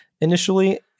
initially